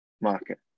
market